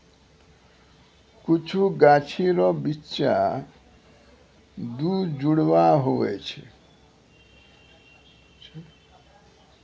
कुछु गाछी रो बिच्चा दुजुड़वा हुवै छै